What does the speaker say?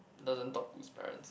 doesn't talk to his parent